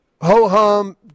ho-hum